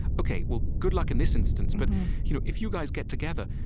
ok, well, good luck in this instance, but you know if you guys get together,